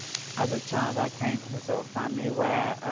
as a child i came from the sort of family where,